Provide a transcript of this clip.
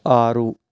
ఆరు